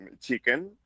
chicken